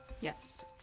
Yes